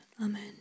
Amen